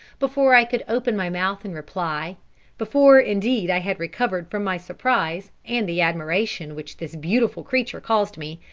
before i could open my mouth in reply before, indeed, i had recovered from my surprise, and the admiration which this beautiful creature caused me,